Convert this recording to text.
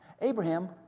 Abraham